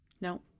No